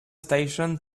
station